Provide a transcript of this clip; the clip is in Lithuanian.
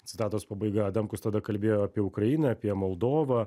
citatos pabaiga adamkus tada kalbėjo apie ukrainą apie moldovą